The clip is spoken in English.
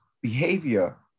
behavior